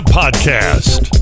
podcast